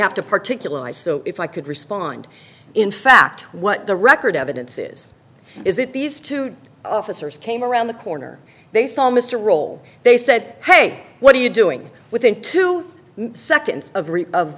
have to particularly i so if i could respond in fact what the record evidence is is that these two officers came around the corner they saw mr roll they said hey what are you doing within two seconds of